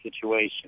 situation